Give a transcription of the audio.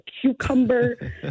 cucumber